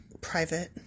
private